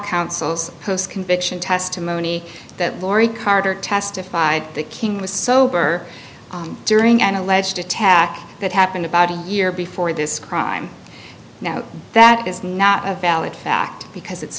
counsel's post conviction testimony that laurie carter testified that king was sober during an alleged attack that happened about a year before this crime now that is not a valid fact because it's